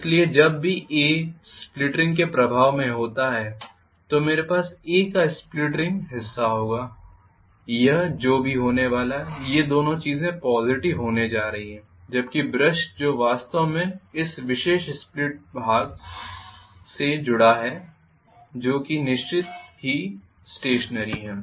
इसलिए जब भी A स्प्लिट रिंग के प्रभाव में होता है तो मेरे पास A का स्प्लिट रिंग हिस्सा होगा यह जो भी होने वाला है ये दोनों चीजें पॉज़िटिव होने जा रही हैं जबकि ब्रश जो वास्तव में इस विशेष स्प्लिट रिंग भाग से जुड़ा हुआ है जो कि निश्चित ही स्टेशनरी है